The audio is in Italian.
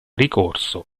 ricorso